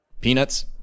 Peanuts